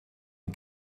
den